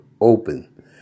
open